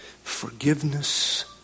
forgiveness